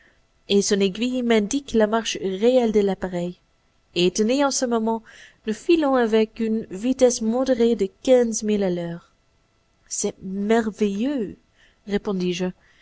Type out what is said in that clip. et son aiguille m'indique la marche réelle de l'appareil et tenez en ce moment nous filons avec une vitesse modérée de quinze milles à l'heure c'est merveilleux